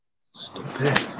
Stupid